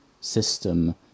system